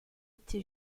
été